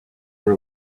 were